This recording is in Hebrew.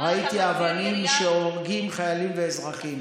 ראיתי אבנים שהורגות חיילים ואזרחים.